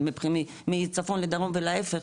מצפון לדרום ולהיפך,